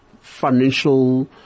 financial